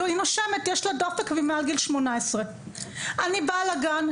מספיק שהיא נושמת ושהיא מעל גיל 18. כשאני באה לגן,